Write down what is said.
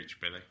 Billy